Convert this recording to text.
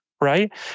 right